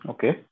Okay